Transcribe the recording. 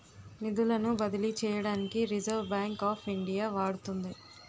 నిధులను బదిలీ చేయడానికి రిజర్వ్ బ్యాంక్ ఆఫ్ ఇండియా వాడుతుంది